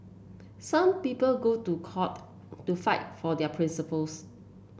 some people go to court to fight for their principles